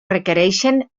requereixen